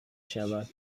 شود